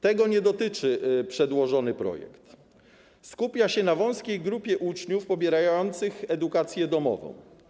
Tego nie dotyczy przedłożony projekt, skupia się na wąskiej grupie uczniów pobierających edukację domową.